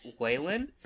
Waylon